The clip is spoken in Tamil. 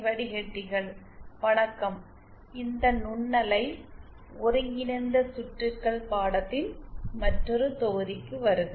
வணக்கம் இந்த நுண்ணலை ஒருங்கிணைந்த சுற்றுகள் பாடத்தின் மற்றொரு தொகுதிக்கு வருக